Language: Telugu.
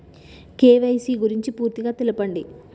కే.వై.సీ గురించి పూర్తిగా తెలపండి?